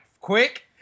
quick